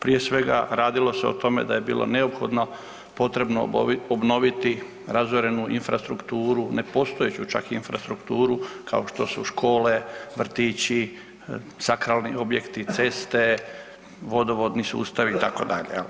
Prije svega radilo se o tome da je bilo neophodno potrebno obnoviti razorenu infrastrukturu, nepostojeću čak infrastrukturu kao što su škole, vrtići, sakralni objekti, ceste, vodovodni sustav itd.